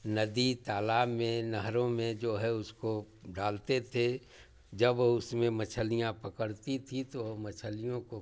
नदी तालाब में नहरों में जो है उसको डालते थे जब उसमें मछलियाँ पकड़ती थी तो मछलियों को